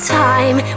time